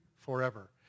forever